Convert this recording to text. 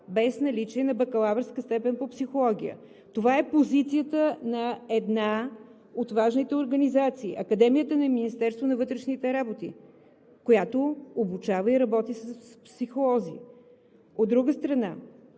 без наличието на бакалавърска степен по психология. Това е позицията на една от важните организации – Академията на Министерството на вътрешните работи, която обучава и работи с психолози. От друга страна,